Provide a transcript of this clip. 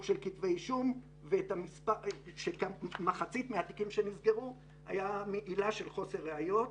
של כתבי אישום ובמחצית מהתיקים שנסגרו העילה הייתה חוסר ראיות.